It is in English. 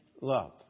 love